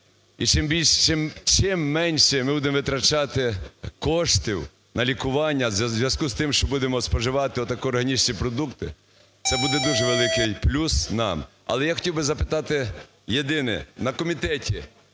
І чим менше ми будемо витрачати коштів на лікування у зв'язку з тим, що будемо споживати органічні продукти, це буде дуже великий плюс нам. Але я хотів би запитати єдине: на комітеті